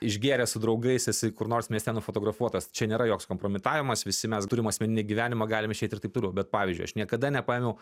išgėręs su draugais esi kur nors mieste nufotografuotas čia nėra joks kompromitavimas visi mes turime asmeninį gyvenimą galim išeit ir taip toliau bet pavyzdžiui aš niekada nepaėmiau